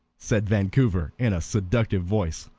said vancouver, in a seductive voice,